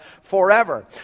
forever